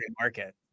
market